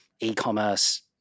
e-commerce